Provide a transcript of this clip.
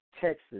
Texas